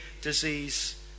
disease